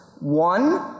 One